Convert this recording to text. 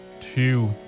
two